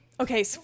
okay